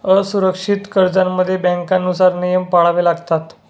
असुरक्षित कर्जांमध्ये बँकांनुसार नियम पाळावे लागतात